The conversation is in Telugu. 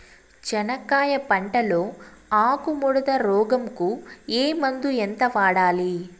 చెనక్కాయ పంట లో ఆకు ముడత రోగం కు ఏ మందు ఎంత వాడాలి?